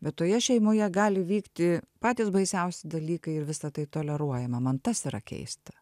bet toje šeimoje gali vykti patys baisiausi dalykai ir visa tai toleruojama man tas yra keista